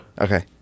Okay